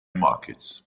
markets